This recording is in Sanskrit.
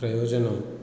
प्रयोजनम्